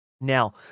now